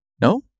No